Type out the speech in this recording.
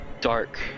dark